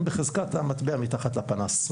הם בחזרת המטבע מתחת לפנס.